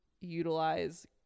utilize